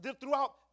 throughout